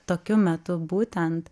tokiu metu būtent